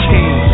King